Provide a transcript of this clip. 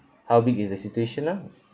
how big is the situation ah